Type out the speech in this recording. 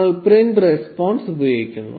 നമ്മൾ print response' ഉപയോഗിക്കുന്നു